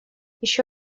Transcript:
еще